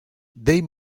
they